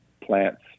plants